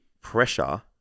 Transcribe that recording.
pressure